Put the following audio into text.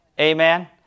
Amen